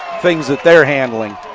things that they are handling.